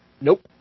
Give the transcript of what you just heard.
Nope